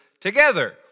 together